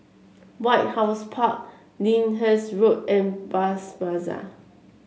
White House Park Lyndhurst Road and Bras Basah